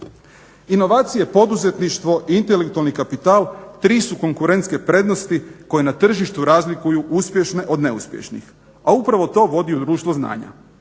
Inovacije, poduzetništvo i intelektualni kapital tri su konkurentske prednosti koje na tržištu razlikuju uspješne od neuspješnih, a upravo to vodi u društvo znanja.